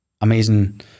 amazing